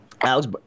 Alex